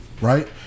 right